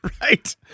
Right